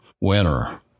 winner